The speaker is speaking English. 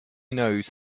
knows